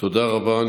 תודה רבה.